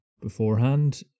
beforehand